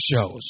shows